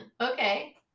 Okay